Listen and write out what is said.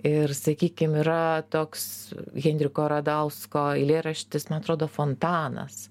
ir sakykim yra toks henriko radausko eilėraštis man atrodo fontanas